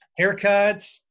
Haircuts